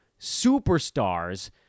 superstars